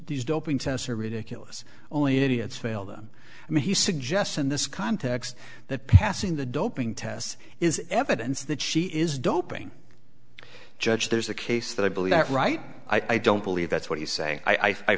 these doping tests are ridiculous only idiots fail them and he suggests in this context that passing the doping tests is evidence that she is doping judge there's a case that i believe that right i don't believe that's what he's saying i